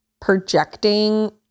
projecting